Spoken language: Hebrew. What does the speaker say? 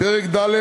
פרק ד',